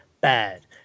bad